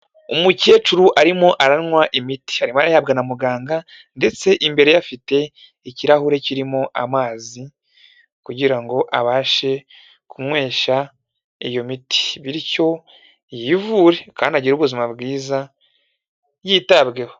Umukecuru arimo aranywa imiti. Arimo arayihabwa na muganga, ndetse imbere ye afite ikirahure kirimo amazi, kugira ngo abashe kunywesha iyo miti. Bityo yivure, kandi agire ubuzima bwiza, yitabweho.